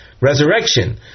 resurrection